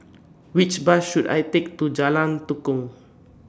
Which Bus should I Take to Jalan Tukong